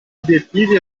obiettivi